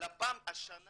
השנה